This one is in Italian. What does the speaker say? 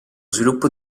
sviluppo